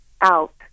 out